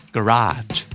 Garage